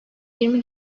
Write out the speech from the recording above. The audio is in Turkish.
yirmi